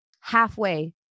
halfway